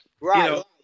Right